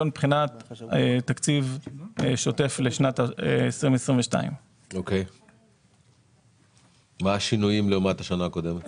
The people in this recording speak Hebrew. מבחינת תקציב שוטף לשנת 2022. מה השינויים לעומת השנה הקודמת?